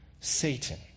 Satan